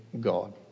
God